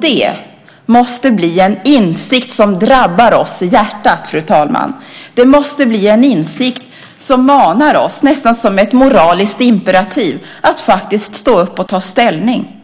Det måste bli en insikt som drabbar oss i hjärtat, fru talman. Det måste bli en insikt som manar oss, nästan som ett moraliskt imperativ, att faktiskt stå upp och ta ställning.